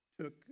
took